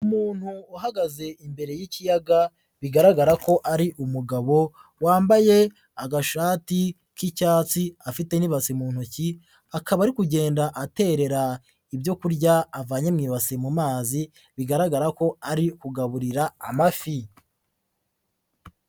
Umuntu uhagaze imbere y'ikiyaga bigaragara ko ari umugabo wambaye agashati k'icyatsi afite n'ibasi mu ntoki akaba ari kugenda aterera ibyo kurya avanye mu ibasi mu mazi bigaragara ko ari kugaburira amafi.